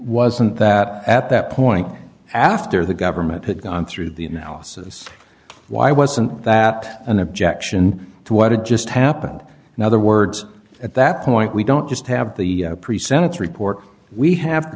wasn't that at that point after the government had gone through the analysis why wasn't that an objection to what had just happened another words at that point we don't just have the pre sentence report we have